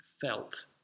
felt